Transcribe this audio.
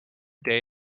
day